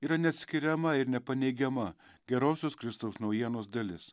yra neatskiriama ir nepaneigiama gerosios kristaus naujienos dalis